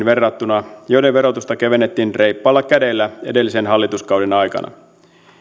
verrattuna osakeyhtiöihin joiden verotusta kevennettiin reippaalla kädellä edellisen hallituskauden aikana